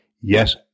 Yes